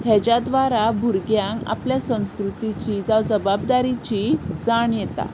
हाज्या द्वारा भुरग्यांक आपल्या संस्कृतीची जावं जबाबदारीची जाण येता